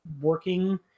working